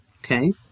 okay